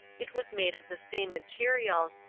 it was made of the same materials,